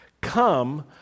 come